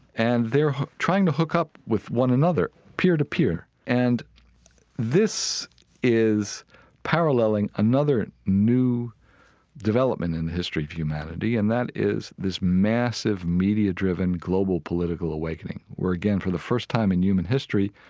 and they're trying to hook up with one another peer to peer and this is paralleling another new development in history of humanity and that is this massive media-driven global political awakening where, again, for the first time in human history,